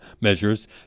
measures